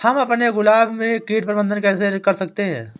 हम अपने गुलाब में कीट प्रबंधन कैसे कर सकते है?